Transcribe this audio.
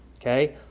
okay